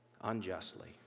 unjustly